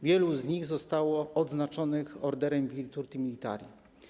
Wielu z nich zostało odznaczonych Orderem Virtuti Militari.